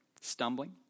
stumbling